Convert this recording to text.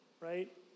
Right